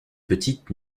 petite